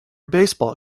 baseball